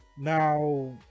now